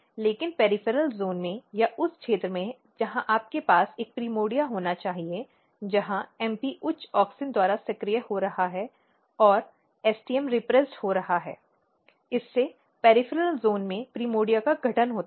लेकिन peripheral zone में या उस क्षेत्र में जहां आपके पास एक प्राइमर्डिया होना चाहिए जहां MP उच्च ऑक्सिन द्वारा सक्रिय हो रहा है और STM रीप्रिस्ट हो रहा है और इससे पॅरिफ़ॅरॅल जोन में प्राइमर्डिया का गठन होता है